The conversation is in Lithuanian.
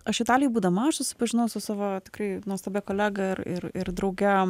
aš italijoj būdama aš susipažinau su savo tikrai nuostabia kolega ir ir drauge